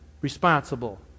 responsible